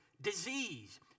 disease